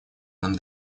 нам